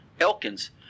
Elkins